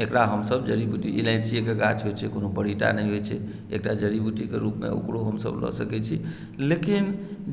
एकरा हमसभ जड़ी बुटि गिनै छी कियाकि एकर गाछ कोनो बड़ी टा नहि होइ छै एकटा जड़ी बुटिके रुपमे ओकरो हमसभ लऽ सकै छी लेकिन